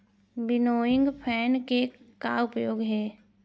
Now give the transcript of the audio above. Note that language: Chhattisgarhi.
विनोइंग फैन के का उपयोग हे?